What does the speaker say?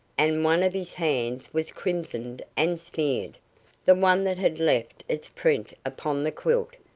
and one of his hands was crimsoned and smeared the one that had left its print upon the quilt,